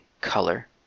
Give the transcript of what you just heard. color